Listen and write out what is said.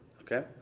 Okay